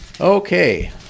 okay